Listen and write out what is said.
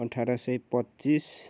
अठार सय पच्चिस